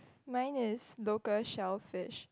mine is local shellfish